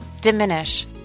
Diminish